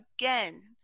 again